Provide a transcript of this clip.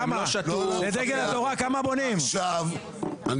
לא, אלקין, הם רוצים ל